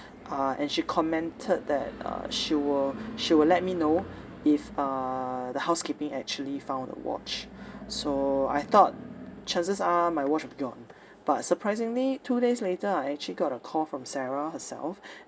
uh and she commented that uh she will she will let me know if uh the housekeeping actually found the watch so I thought chances are my watch have gone but surprisingly two days later I actually got a call from sarah herself